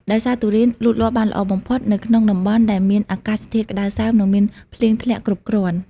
ដោយសារទុរេនលូតលាស់បានល្អបំផុតនៅក្នុងតំបន់ដែលមានអាកាសធាតុក្តៅសើម និងមានភ្លៀងធ្លាក់គ្រប់គ្រាន់។